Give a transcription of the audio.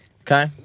Okay